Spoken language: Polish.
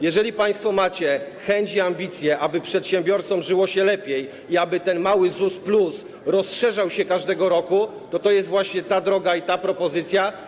Jeżeli państwo macie chęć i ambicję, aby przedsiębiorcom żyło się lepiej i aby ten mały ZUS+ rozszerzał się każdego roku, to to jest właśnie ta droga i ta propozycja.